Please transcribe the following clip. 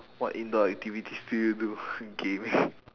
what indoor activities do you do gaming